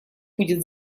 будет